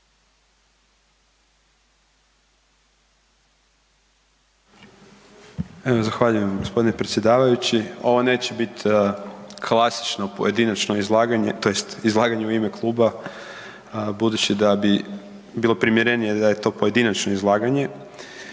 Zahvaljujem gospodine predsjedavajući. Ovo neće biti klasično pojedinačno izlaganje, tj. izlaganje u ime kluba budući da bi bilo primjerenije da je to pojedinačno izlaganje.